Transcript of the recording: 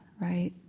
right